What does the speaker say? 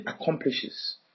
accomplishes